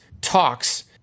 talks